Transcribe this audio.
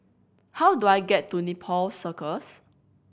how do I get to Nepal Circus